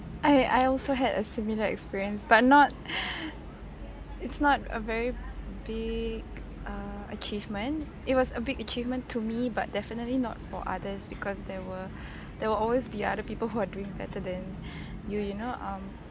I I also had a similar experience but not it's not a very big err achievement it was a big achievement to me but definitely not for others because there were there were always be other people who are doing better than you you know um